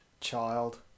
Child